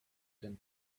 than